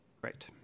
Great